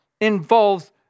involves